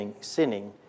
sinning